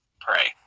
pray